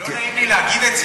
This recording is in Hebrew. לא נעים לי להגיד את זה,